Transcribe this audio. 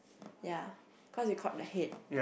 ya cause we caught the head